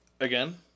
again